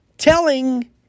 Telling